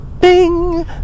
Bing